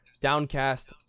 Downcast